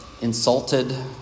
Insulted